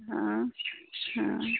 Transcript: हँ हँ